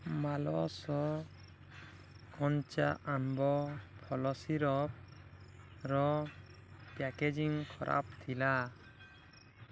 ମାଲାସ କଞ୍ଚା ଆମ୍ବ ଫଳ ସିରପ୍ର ପ୍ୟାକେଜିଂ ଖରାପ ଥିଲା